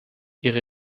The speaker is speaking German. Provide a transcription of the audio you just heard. ihre